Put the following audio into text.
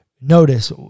notice